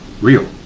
real